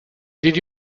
did